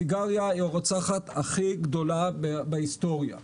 הסיגריה היא הרוצחת הכי גדולה בהיסטוריה.